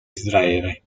israele